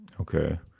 Okay